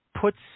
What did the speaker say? puts